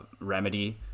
remedy